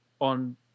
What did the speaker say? on